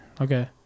Okay